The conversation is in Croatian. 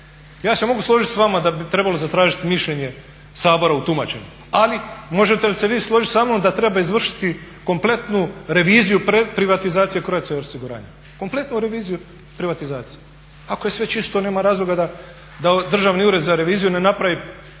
Ja se mogu složiti sa vama da bi trebalo zatražiti mišljenje Sabora u tumačenju, ali možete li se vi složiti sa mnom da treba izvršiti kompletnu reviziju privatizacije Croatia osiguranja, kompletnu reviziju privatizacije. Ako je sve čisto nema razloga da Državni ured za reviziju ne napravi